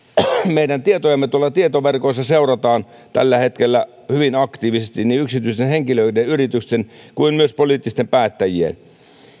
meidän tietojamme tuolla tietoverkoissa seurataan tällä hetkellä hyvin aktiivisesti niin yksityisten henkilöiden yritysten kuin myös poliittisten päättäjien